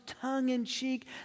tongue-in-cheek